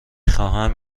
خواهم